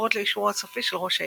עוברות לאישורו הסופי של ראש העיר,